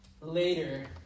later